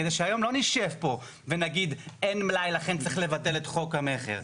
כדי שהיום לא נשב פה ונגיד אין מלאי ולכן צריך לבטל את חוק המכר.